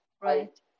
Right